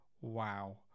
Wow